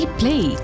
play